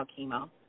chemo